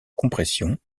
compression